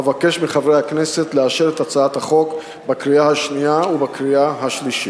אבקש מחברי הכנסת לאשר את הצעת החוק בקריאה השנייה ובקריאה השלישית.